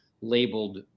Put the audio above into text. labeled